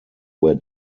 where